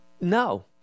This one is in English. No